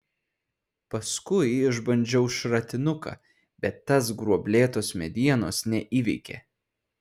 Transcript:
paskui išbandžiau šratinuką bet tas gruoblėtos medienos neįveikė